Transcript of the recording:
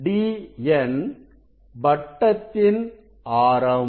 Dn வட்டத்தின் ஆரம்